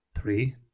Three